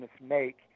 make